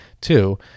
Two